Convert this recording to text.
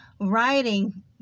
writing